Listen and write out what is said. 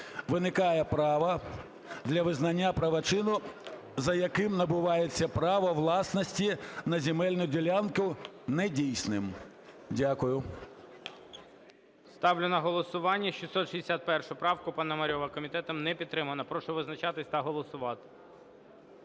виникає право для визнання правочину, за яким набувається право власності на земельну ділянку недійсним". Дякую. ГОЛОВУЮЧИЙ. Ставлю на голосування 661 правку Пономарьова. Комітетом не підтримана. Прошу визначатись та голосувати.